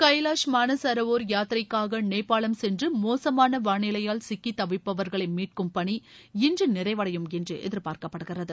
கைலாஷ் மானசரோவர் யாத்திரைக்காக நேபாளம் சென்று மோசமான வானிலையால் சிக்கி தவிப்பவர்களை மீட்கும் பணி இன்று நிறைவடையும் என்று எதிர்பார்க்கப்படுகிறது